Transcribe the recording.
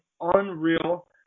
unreal